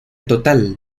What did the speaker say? total